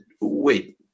Wait